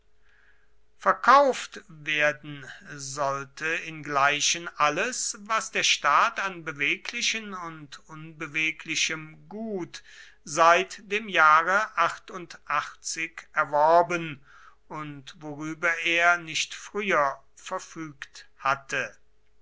verkauft werden sollte ingleichen alles was der staat an beweglichen und unbeweglichem gut seit dem jahre erworben und worüber er nicht früher verfügt hatte